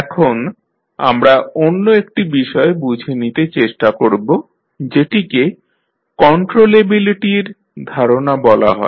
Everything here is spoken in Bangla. এখন আমরা অন্য একটি বিষয় নিয়ে বুঝতে চেষ্টা করব যেটিকে কন্ট্রোলেবিলিটির ধারণা বলা হয়